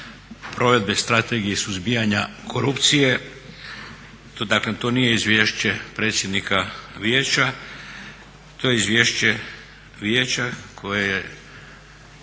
provedbe Strategije suzbijanja korupcije. To daklem nije izvješće predsjednika Vijeća, to je izvješće Vijeća koje je